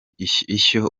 ishyo